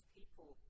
people